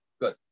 Good